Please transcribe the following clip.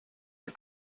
are